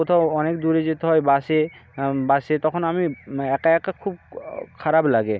কোথাও অনেক দূরে যেতে হয় বাসে বাসে তখন আমি একা একা খুব খারাপ লাগে